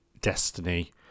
destiny